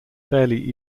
fairly